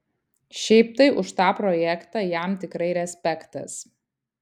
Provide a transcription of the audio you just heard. šiaip tai už tą projektą jam tikrai respektas